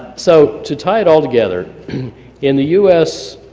so to tie it all together in the u s.